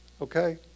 Okay